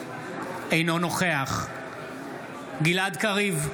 אינו נוכח גלעד קריב,